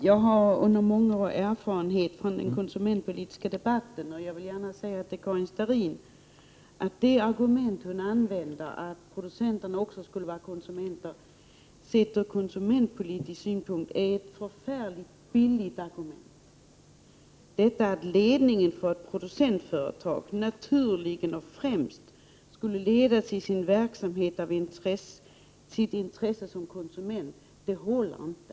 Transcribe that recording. Herr talman! Jag har många års erfarenhet från den konsumentpolitiska debatten, och jag vill säga till Karin Starrin att det argument hon använder, att producenterna också skulle vara konsumenter, ur konsumentpolitisk synpunkt är ett förfärligt billigt argument. Detta att ledningen för producentföretag naturligen och främst skulle ledas i sin verksamhet av sitt intresse som konsument, det håller inte.